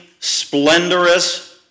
splendorous